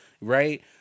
right